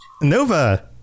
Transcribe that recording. nova